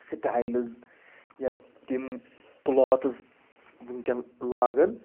styles یا تِم clothes وٕنکیٚن لاگان